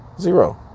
zero